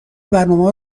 برنامهها